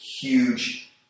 huge